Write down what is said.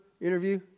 interview